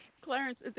Clarence